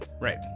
right